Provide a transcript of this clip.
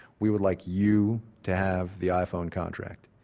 we would like you to have the iphone contract.